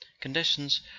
conditions